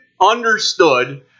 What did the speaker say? understood